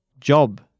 job